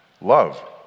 Love